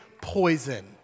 poison